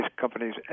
companies